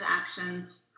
actions